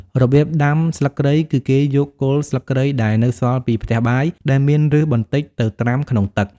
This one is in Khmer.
របៀបដាំស្លឹកគ្រៃ គឺគេយកគល់ស្លឹកគ្រៃដែលនៅសល់ពីផ្ទះបាយ ដែលមានឫសបន្តិច ទៅត្រាំក្នុងទឹក។